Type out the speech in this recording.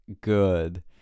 good